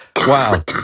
Wow